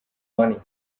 money